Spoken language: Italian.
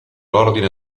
ordine